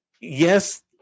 yes